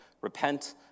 Repent